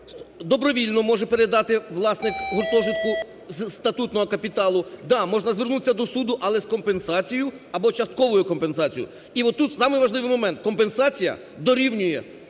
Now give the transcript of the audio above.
добровільно може передати власник гуртожитку з статутного капіталу. Так, можна звернутися до суду, але з компенсацією або частковою компенсацією. І от тут самий важливий момент, компенсація дорівнює